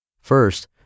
First